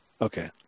Okay